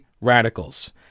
radicals